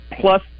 plus